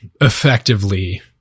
effectively